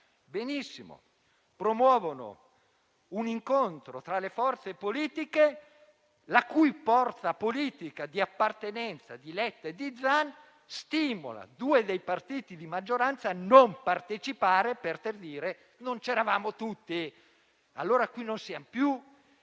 Benissimo. Promuovono un incontro tra le forze politiche e la forza politica di appartenenza di Letta e di Zan stimola due dei partiti di maggioranza a non partecipare per poi dire che non erano tutti presenti. Allora non siamo più